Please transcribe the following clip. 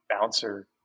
bouncer